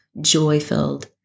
joy-filled